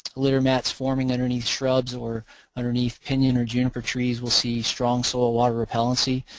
litter mats forming underneath shrubs or underneath pinyon or juniper trees we'll see strong soil water repellency,